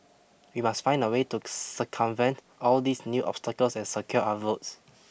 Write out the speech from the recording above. we must find a way to circumvent all these new obstacles and secure our votes